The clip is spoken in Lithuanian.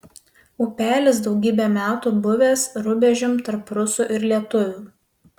upelis daugybę metų buvęs rubežium tarp prūsų ir lietuvių